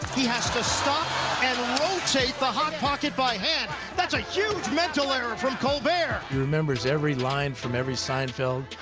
he has to stop and rotate the hot pocket by hand. that's a huge mental error from colbert. he remembers every line from every seinfeld.